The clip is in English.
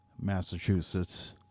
Massachusetts